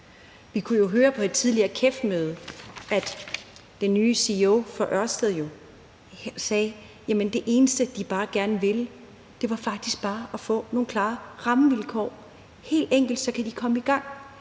Vi kunne jo høre på et tidligere KEF-møde, at den nye CEO for Ørsted sagde, at det eneste, de gerne ville, faktisk bare var at få nogle klare rammevilkår – helt enkelt, for så kan de komme i gang.